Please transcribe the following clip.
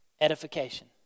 Edification